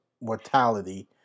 mortality